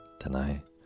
Tonight